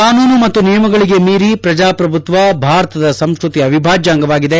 ಕಾನೂನು ಮತ್ತು ನಿಯಮಗಳಿಗೆ ಮೀರಿ ಪ್ರಜಾಪ್ರಭುತ್ವ ಭಾರತದ ಸಂಸ್ಟತಿಯ ಅವಿಭಾಜ್ಯ ಅಂಗವಾಗಿದೆ